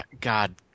God